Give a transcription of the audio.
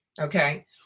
okay